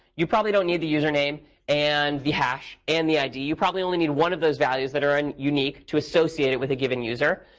you probably don't need the user name and the hash and the id. you probably only need one of those values that are and unique, to associate it with a given user.